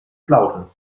flaute